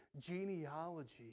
genealogy